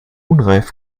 unreif